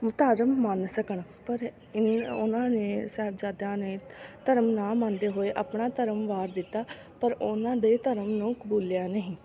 ਧਰਮ ਮੰਨ ਸਕਣ ਪਰ ਇਨ ਉਹਨਾਂ ਨੇ ਸਾਹਿਬਜ਼ਾਦਿਆਂ ਨੇ ਧਰਮ ਨਾ ਮੰਨਦੇ ਹੋਏ ਆਪਣਾ ਧਰਮ ਵਾਰ ਦਿੱਤਾ ਪਰ ਉਹਨਾਂ ਦੇ ਧਰਮ ਨੂੰ ਕਬੂਲਿਆ ਨਹੀਂ